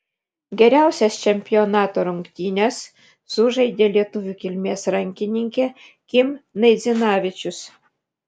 geriausias čempionato rungtynes sužaidė lietuvių kilmės rankininkė kim naidzinavičius